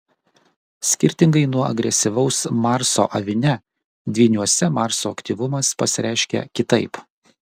skirtingai nuo agresyvaus marso avine dvyniuose marso aktyvumas pasireiškia kitaip